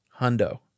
hundo